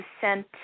sent